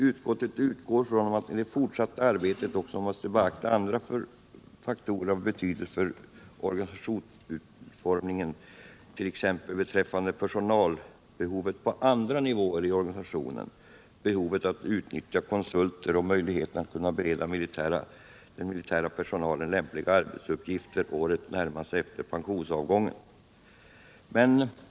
Utskottet utgår från att man i det fortsatta arbetet också måste beakta andra faktorer av betydelse för organisationsutformningen, t.ex. följderna beträffande personalbehovet på andra nivåer i organisationen, behovet att utnyttja konsulter och möjligheterna att bereda den militära personalen lämpliga arbetsuppgifter åren närmast före pensionsavgången.